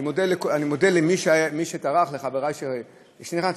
אני מודה למי שטרח, לחברי, שכנעת.